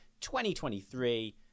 2023